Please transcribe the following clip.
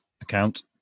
Account